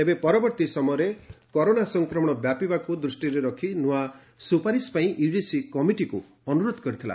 ତେବେ ପରବର୍ତ୍ତୀ ସମୟରେ କରୋନା ସଂକ୍ରମଣ ବ୍ୟାପିବାକୁ ଦୃଷ୍ଟିରେ ରଖି ନୂଆ ସୁପାରିଶ ପାଇଁ ୟୁଜିସି କମିଟିକୁ ଅନୁରୋଧ କରିଥିଲା